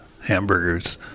Hamburgers